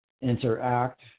interact